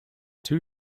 two